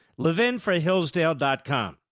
levinforhillsdale.com